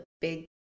big